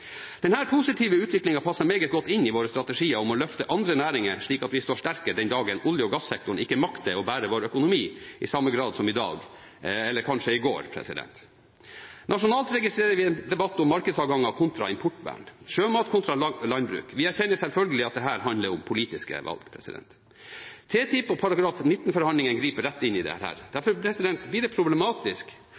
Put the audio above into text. positive utviklingen passer meget godt inn i våre strategier om å løfte andre næringer slik at vi står sterkere den dagen olje- og gassektoren ikke makter å bære vår økonomi i samme grad som i dag – eller kanskje i går. Nasjonalt registrerer vi en debatt om markedsadganger kontra importvern, sjømat kontra landbruk. Vi erkjenner selvfølgelig at dette handler om politiske valg. TTIP og artikkel 19-forhandlingene griper rett inn i dette. Derfor blir det problematisk